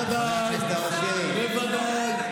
בוודאי, בוודאי.